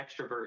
extrovert